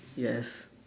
yes